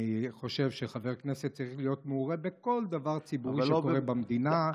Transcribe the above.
אני חושב שחבר כנסת צריך להיות מעורה בכל דבר ציבורי שקורה במדינה.